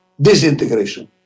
disintegration